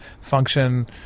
function